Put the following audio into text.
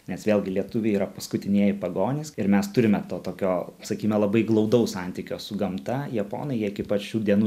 nes vėlgi lietuviai yra paskutinieji pagonys ir mes turime to tokio sakime labai glaudaus santykio su gamta japonai jie iki pat šių dienų